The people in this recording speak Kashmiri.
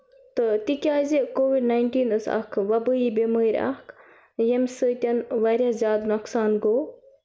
تہٕ تِکیٛازِ کووِڈ ناینٹیٖن ٲس اَکھ وۅبٲیی بٮ۪مٲرۍ اَکھ ییٚمہِ سۭتٮ۪ن واریاہ زیادٕ نۄقصان گوٚو